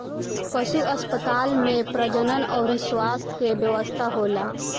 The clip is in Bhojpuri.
पशु अस्पताल में प्रजनन अउर स्वास्थ्य के व्यवस्था होला